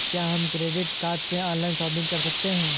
क्या हम credit card से ऑनलाइन शॉपिंग कर सकते हैं?